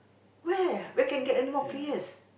where where can get anymore players